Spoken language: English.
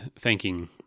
thanking